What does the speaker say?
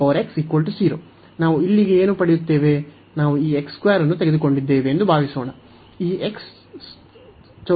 ನಾವು ಈ ನಾವು ಇಲ್ಲಿಗೆ ಏನು ಪಡೆಯುತ್ತೇವೆ ನಾವು ಈ ಅನ್ನು ತೆಗೆದುಕೊಂಡಿದ್ದೇವೆ ಎಂದು ಭಾವಿಸೋಣ